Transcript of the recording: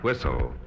Whistle